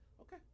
Okay